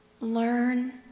Learn